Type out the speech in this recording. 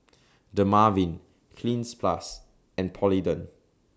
Dermaveen Cleanz Plus and Polident